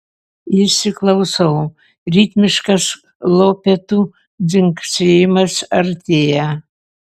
įsiklausau ritmiškas lopetų dzingsėjimas artėja